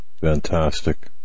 Fantastic